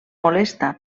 molesta